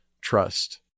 trust